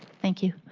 thank you.